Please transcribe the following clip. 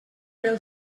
pel